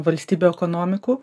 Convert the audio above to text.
valstybių ekonomikų